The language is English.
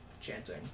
chanting